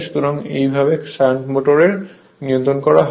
সুতরাং এইভাবে shunt motor নিয়ন্ত্রণ করা হয়